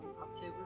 October